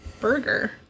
burger